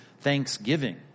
thanksgiving